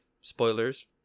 Spoilers